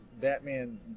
Batman